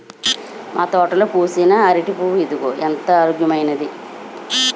మా తోటలో పూసిన అరిటి పువ్వు ఇదిగో ఎంత ఆరోగ్యమైనదో